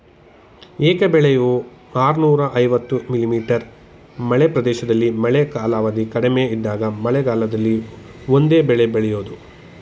ಏಕ ಬೆಳೆಯು ಆರ್ನೂರ ಐವತ್ತು ಮಿ.ಮೀ ಮಳೆ ಪ್ರದೇಶದಲ್ಲಿ ಮಳೆ ಕಾಲಾವಧಿ ಕಡಿಮೆ ಇದ್ದಾಗ ಮಳೆಗಾಲದಲ್ಲಿ ಒಂದೇ ಬೆಳೆ ಬೆಳೆಯೋದು